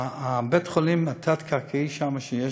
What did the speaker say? בית-החולים התת-קרקעי שם, שיש,